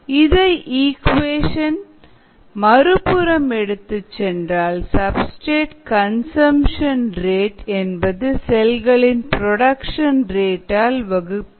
இதை இக்குவேஷன் மறுபுறம் எடுத்துச் சென்றால் சப்ஸ்டிரேட் கன்சம்சன் ரேட் என்பது செல்களின் ப்ரொடக்ஷன் ரேட் Yxs ஆல் வகுக்கப்பட்டு கிடைக்கும்